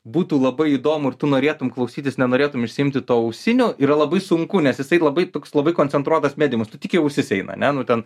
būtų labai įdomu ir tu norėtum klausytis nenorėtum išsiimti to ausinių yra labai sunku nes jisai labai toks labai koncentruotas mediumas tik į ausis eina ane nu ten